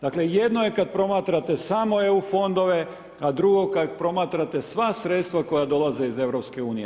Dakle, jedno je kad promatrate samo EU fondove, a drugo kad promatrate sva sredstva koja dolaze iz EU.